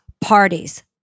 parties